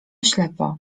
ślepo